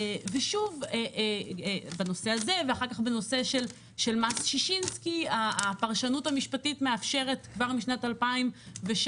ואחר כך בנושא של מס ששינסקי הפרשנות המשפטית מאפשרת כבר בשנת 2016